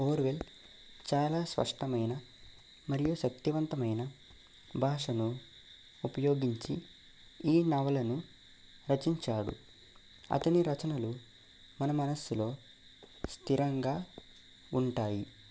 Orwell చాలా స్పష్టమైన మరియు శక్తివంతమైన భాషను ఉపయోగించి ఈ నవలను రచించాడు అతని రచనలు మన మనసులో స్థిరంగా ఉంటాయి